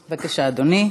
בבקשה, אדוני.